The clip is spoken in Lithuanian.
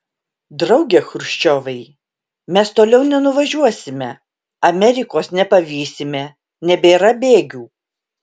drauge chruščiovai mes toliau nenuvažiuosime amerikos nepavysime nebėra bėgių